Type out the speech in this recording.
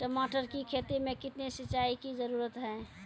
टमाटर की खेती मे कितने सिंचाई की जरूरत हैं?